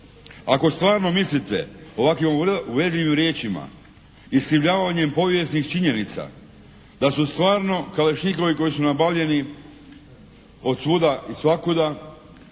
Ako stvarno mislite ovakvim uvredljivim riječima, iskrivljavanjem povijesnih činjenica da su stvarno kalašnjikovi koji su nabavljeni od svuda i svakuda